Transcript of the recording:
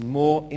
more